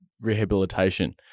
rehabilitation